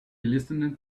listened